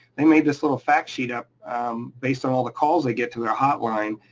they made this little fact sheet up based on all the calls they get to their hotline.